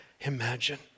imagine